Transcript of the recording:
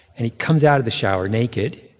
and he comes out of the shower naked.